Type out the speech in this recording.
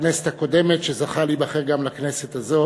מהכנסת הקודמת שזכה להיבחר גם לכנסת הזו,